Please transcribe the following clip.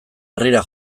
herrira